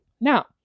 Now